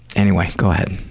anyway, go ahead.